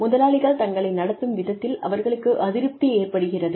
முதலாளிகள் தங்களை நடத்தும் விதத்தில் அவர்களுக்கு அதிருப்தி ஏற்படுகிறது